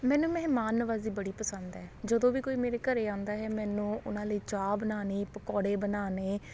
ਮੈਨੂੰ ਮਹਿਮਾਨ ਨਵਾਜ਼ੀ ਬੜੀ ਪਸੰਦ ਹੈ ਜਦੋਂ ਵੀ ਕੋਈ ਮੇਰੇ ਘਰ ਆਉਂਦਾ ਹੈ ਮੈਨੂੰ ਉਹਨਾਂ ਲਈ ਚਾਹ ਬਉਣੀ ਪਕੋੜੇ ਬਉਣੇ